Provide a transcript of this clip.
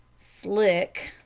slick,